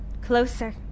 closer